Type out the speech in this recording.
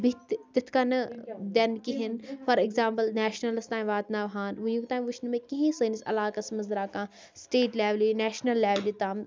بِہِتھ تِتھ کَنہٕ دِنہٕ کِہیٖنۍ فار ایٚگزامپٕل نیشنَلَس تانۍ واتناوہَن وٕنکیٚو تانۍ وٕچھنہٕ مےٚ کِہیٖنۍ سٲنِس عَلاقَس منٛز درٛاو کانٛہہ سٹیٹ لٮ۪ولہِ نیشنَل لٮ۪ولہِ تام